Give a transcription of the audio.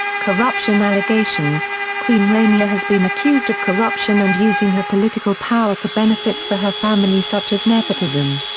corruption allegations queen rania has been accused of corruption and using her political power for benefits for her family such as nepotism.